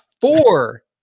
four